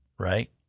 Right